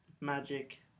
magic